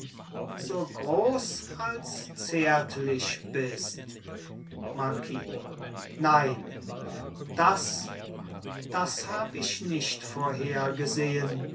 so groß als zärtlich bist marquis nein das das hab ich nicht